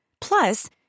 Plus